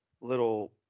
little